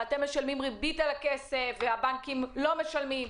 כולל זה שאתם משלמים ריבית על הכסף בעוד שהבנקים לא משלמים,